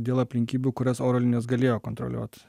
dėl aplinkybių kurias oro linijos galėjo kontroliuot